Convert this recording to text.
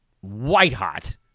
white-hot